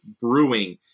Brewing